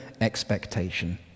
expectation